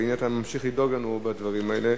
והנה אתה ממשיך לדאוג לנו בדברים האלה.